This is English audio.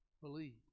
believe